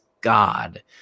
God